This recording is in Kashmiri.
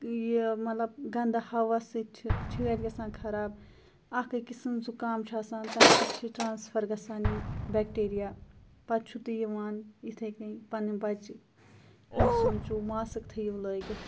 یہِ مَطلَب گَنٛدٕ ہَوا سۭتۍ چھِ چھٲتۍ گژھان خَراب اکھ أکۍ سُنٛد زُکام چھُ آسان تمہِ سۭتۍ چھِ ٹرانسفَر گَژھان یِم بیٚکٹیریا پَتہٕ چھو تُہۍ یِوان یِتھے کٔنۍ پَنٕنۍ بَچہِ ہُنٛد سوٗنٛچِو ماسک تھٲیِو لٲگِتھ